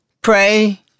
pray